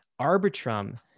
Arbitrum